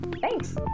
Thanks